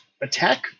attack